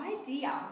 idea